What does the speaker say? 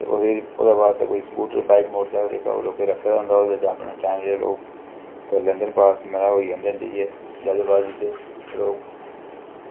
ते ओह्दे आस्तै बाईक मोटरसैकल स्कूटी ते टैम लोग करी लैंदे पास मतलब करी लैंदे ते जल्दबाज़ी च लोक